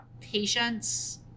patience